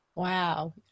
Wow